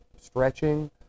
stretching